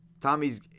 Tommy's –